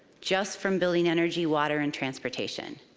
just from building, energy, water, and transportation.